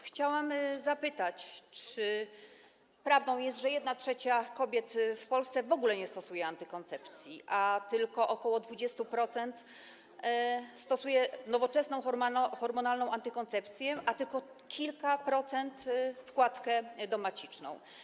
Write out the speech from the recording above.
Chciałabym zapytać, czy prawdą jest, że 1/3 kobiet w Polsce w ogóle nie stosuje antykoncepcji, a tylko ok. 20% stosuje nowoczesną hormonalną antykoncepcję, a tylko kilka procent wkładkę domaciczną.